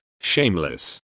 shameless